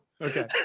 Okay